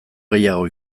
gehiago